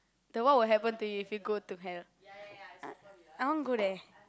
the what will happen to you if you go to hell I I want go there